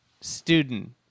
student